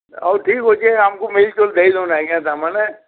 ହଉ ଠିକ୍ ଅଛେ ଆମ୍କୁ ମିଲ୍ ଚଉଲ୍ ଦେଇଦଉନ୍ ଆଜ୍ଞା ତା' ମାନେ